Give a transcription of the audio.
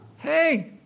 Hey